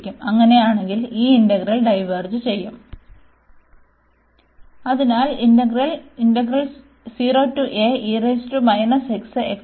അങ്ങനെയാണെങ്കിൽ ഈ integral diverge അതിനാൽ ഇന്റഗ്രൽ ഉം ഡൈവേർജ്